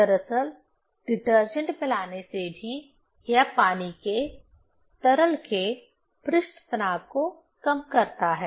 दरअसल डिटर्जेंट मिलाने से भी यह पानी के तरल के पृष्ठ तनाव को कम करता है